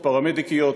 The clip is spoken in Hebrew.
פרמדיקיות,